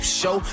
show